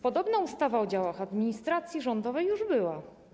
Podobna ustawa o działach administracji rządowej już była.